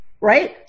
right